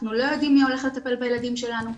אנחנו לא יודעים מי הולך לטפל בילדים שלנו,